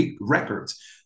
records